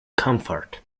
comfort